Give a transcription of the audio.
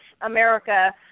America